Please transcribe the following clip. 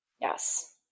Yes